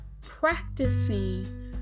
practicing